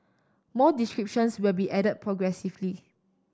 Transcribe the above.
more descriptions will be added progressively